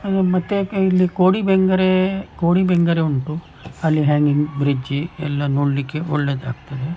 ಮತ್ತೆ ಕೆ ಇಲ್ಲಿ ಕೋಡಿ ಬೆಂಗ್ರೇ ಕೋಡಿ ಬೆಂಗ್ರೆ ಉಂಟು ಅಲ್ಲಿ ಹ್ಯಾಂಗಿಂಗ್ ಬ್ರಿಡ್ಜ್ ಎಲ್ಲ ನೋಡಲಿಕ್ಕೆ ಒಳ್ಳೆಯದಾಗ್ತದೆ